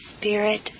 Spirit